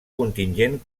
contingent